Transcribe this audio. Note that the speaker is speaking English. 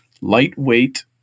lightweight